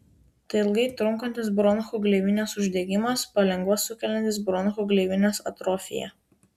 tai ilgai trunkantis bronchų gleivinės uždegimas palengva sukeliantis bronchų gleivinės atrofiją